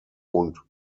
und